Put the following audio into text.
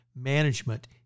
management